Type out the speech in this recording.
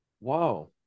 Wow